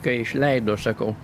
kai išleido sakau